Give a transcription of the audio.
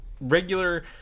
regular